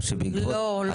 או שבעקבות --- לא, לא.